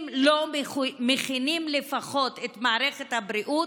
אם לא מכינים לפחות את מערכת הבריאות,